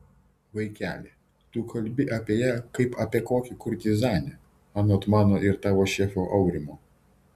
vaikeli tu kalbi apie ją kaip apie kokią kurtizanę anot mano ir tavo šefo aurimo